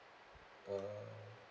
oh